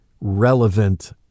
relevant